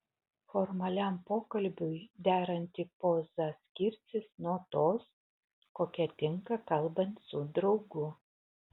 formaliam pokalbiui deranti poza skirsis nuo tos kokia tinka kalbant su draugu